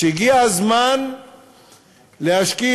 שהגיע הזמן להשקיע,